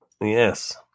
Yes